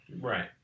Right